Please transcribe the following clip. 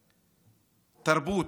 תרבות.